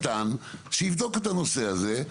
קטן שיבדוק את הנושא הזה,